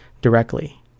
directly